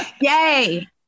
Yay